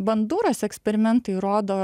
banduros eksperimentai rodo